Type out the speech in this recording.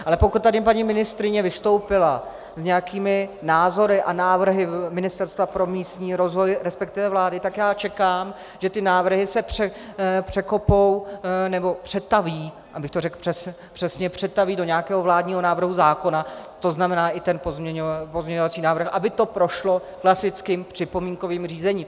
Ale pokud tady paní ministryně vystoupila s nějakými názory a návrhy Ministerstva pro místní rozvoj, resp. vlády, tak já čekám, že ty návrhy se překopou nebo přetaví, abych to řekl přesně, přetaví do nějakého vládního návrhu zákona, to znamená i ten pozměňovací návrh, aby to prošlo klasickým připomínkovým řízením.